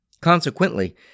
Consequently